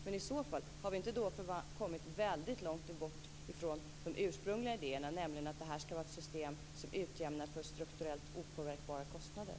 Men i så fall: Har vi inte då kommit väldigt långt bort från de ursprungliga idéerna, nämligen att det här skall vara ett system som utjämnar för strukturellt opåverkbara kostnader?